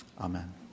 Amen